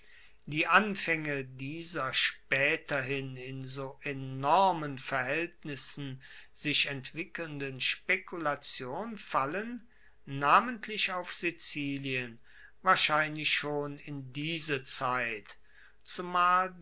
die anfaenge dieser spaeterhin in so enormen verhaeltnissen sich entwickelnden spekulation fallen namentlich auf sizilien wahrscheinlich schon in diese zeit zumal